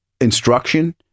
instruction